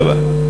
תודה רבה.